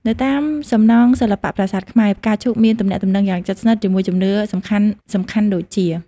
នៅតាមសំណង់សិល្បៈប្រាសាទខ្មែរ ផ្កាឈូកមានទំនាក់ទំនងយ៉ាងជិតស្និទ្ធជាមួយជំនឿសំខាន់ៗដូចជា៖